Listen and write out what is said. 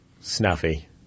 Snuffy